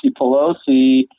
Pelosi